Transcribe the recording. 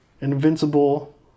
Invincible